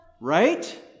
right